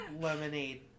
lemonade